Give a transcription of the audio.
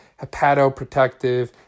hepatoprotective